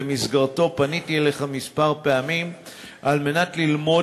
ובמסגרתו פניתי אליך כמה פעמים על מנת ללמוד